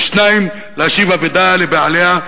2. להשיב אבדה לבעליה,